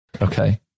Okay